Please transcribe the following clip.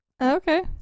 Okay